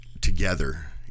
together